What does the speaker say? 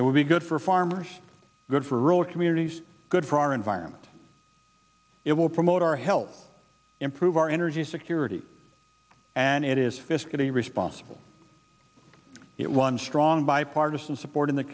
it would be good for far murs good for rural communities good for our environment it will promote our help improve our energy security and it is fiscally responsible it was a strong bipartisan support in the